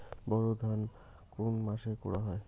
বোরো ধান কোন মাসে করা হয়?